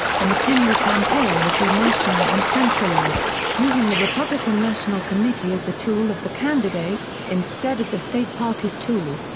the mckinley campaign would be national and centralized, using the republican national committee as the tool of the candidate, instead of the state parties' tool.